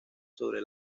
sobre